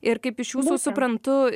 ir kaip iš jūsų suprantu